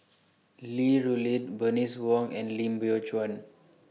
Li Rulin Bernice Wong and Lim Biow Chuan